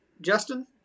Justin